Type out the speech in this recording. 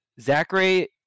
Zachary